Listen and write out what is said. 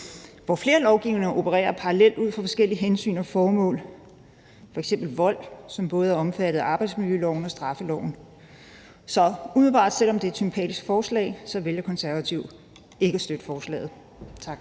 hvor flere lovgivninger opererer parallelt ud fra forskellige hensyn og formål. F.eks. er vold både omfattet af arbejdsmiljøloven og straffeloven. Så umiddelbart, selv om det er et sympatisk forslag, vælger Konservative ikke at støtte forslaget. Tak.